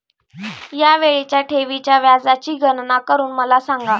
या वेळीच्या ठेवीच्या व्याजाची गणना करून मला सांगा